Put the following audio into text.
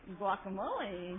guacamole